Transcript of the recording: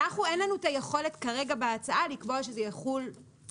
לנו אין כרגע את היכולת לקבוע בהצעה שזה יכול יותר.